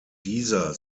dieser